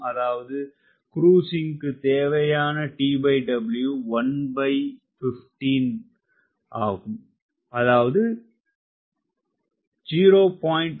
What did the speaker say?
அதாவது குரூசிங்குக்கு தேவையான TW 115 ஆகும் அதாவது 0